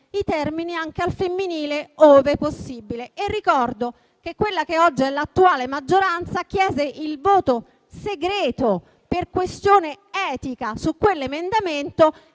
termini anche al femminile, ove possibile. Ricordo che quella che oggi è l'attuale maggioranza chiese il voto segreto su quell'emendamento,